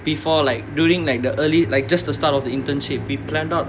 before like during like the early like just the start of the internship we planned out